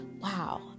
wow